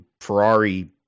Ferrari